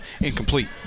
incomplete